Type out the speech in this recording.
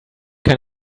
hier